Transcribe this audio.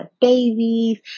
babies